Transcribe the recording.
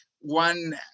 one